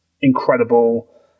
incredible